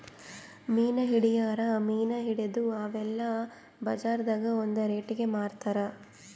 ಮೀನ್ ಹಿಡಿಯೋರ್ ಮೀನ್ ಹಿಡದು ಅವೆಲ್ಲ ಬಜಾರ್ದಾಗ್ ಒಂದ್ ರೇಟಿಗಿ ಮಾರ್ತಾರ್